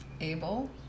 Abel